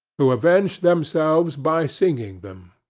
who avenged themselves by singing them.